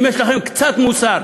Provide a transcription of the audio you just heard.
אם יש לכם קצת מוסר,